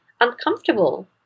uncomfortable